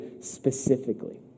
specifically